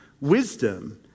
wisdom